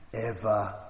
ever,